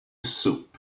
soup